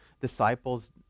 disciples